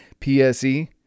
PSE